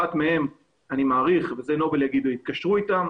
אחת מהן, אני מעריך, נובל התקשרה איתה.